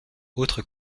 autres